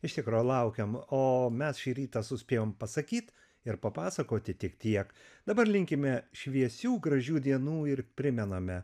iš tikro laukiam o mes šį rytą suspėjom pasakyt ir papasakoti tik tiek dabar linkime šviesių gražių dienų ir primename